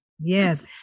yes